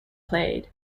played